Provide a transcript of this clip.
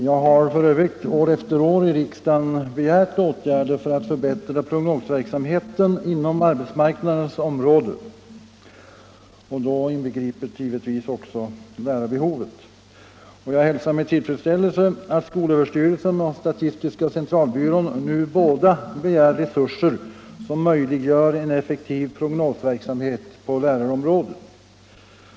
Jag har också år efter år här i riksdagen begärt att åtgärder skulle vidtas för att förbättra prognosverksamheten på arbetsmarknadens område, lärarbehovet då givetvis inbegripet, och jag hälsar med tillfredsställelse att både skolöverstyrelsen och statistiska centralbyrån nu har begärt resurser för en effektiv prognosverksamhet på lärarområdet.